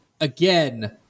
Again